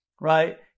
right